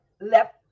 left